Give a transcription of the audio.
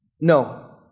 no